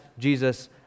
Jesus